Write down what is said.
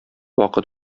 вакыт